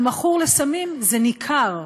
על מכור לסמים זה ניכר,